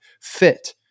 fit